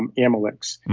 and amylyx. and